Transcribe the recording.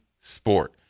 sport